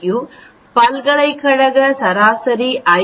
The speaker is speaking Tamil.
க்யூ பல்கலைக்கழக சராசரி ஐ